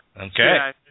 Okay